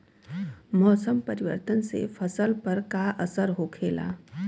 मौसम परिवर्तन से फसल पर का असर होखेला?